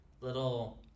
little